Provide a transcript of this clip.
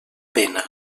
pena